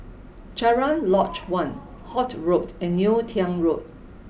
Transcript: Cochrane Lodge One Holt Road and Neo Tiew Road